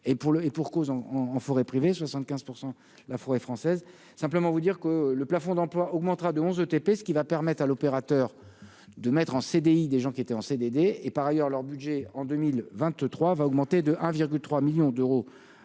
et pour cause, en en forêt privée 75 %, la forêt française simplement vous dire que le plafond d'emploi augmentera de 11 ETP, ce qui va permettre à l'opérateur de mettre en CDI, des gens qui étaient en CDD et par ailleurs, leur budget en 2023 va augmenter de 1 virgule 3 millions d'euros